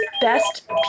best